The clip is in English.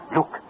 Look